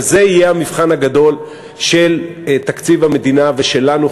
וזה יהיה המבחן הגדול של תקציב המדינה ושלנו,